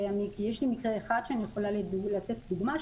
ויש לי מקרה אחד שאני יכולה לתת כדוגמה,